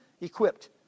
equipped